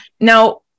Now